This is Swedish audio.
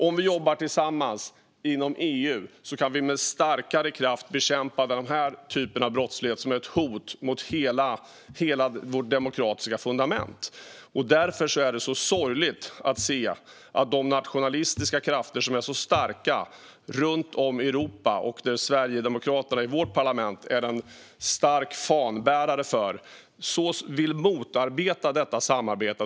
Om vi jobbar tillsammans inom EU kan vi med starkare kraft bekämpa den här typen av brottslighet, som är ett hot mot hela vårt demokratiska fundament. Därför är det sorgligt att se att de nationalistiska krafter som är så starka runt om i Europa, och som Sverigedemokraterna är en stark fanbärare för i vårt parlament, vill motarbeta detta samarbete.